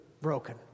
broken